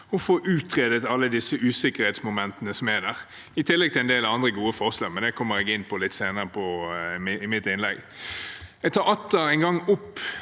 og få utredet alle disse usikkerhetsmomentene som er der, i tillegg til en del andre gode forslag, men det kommer jeg inn på litt senere i mitt innlegg. Jeg tar atter en gang opp